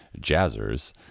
jazzers